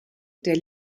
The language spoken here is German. der